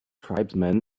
tribesmen